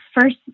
first